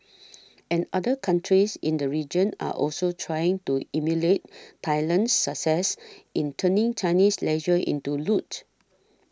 and other countries in the region are also trying to emulate Thailand's success in turning Chinese leisure into loot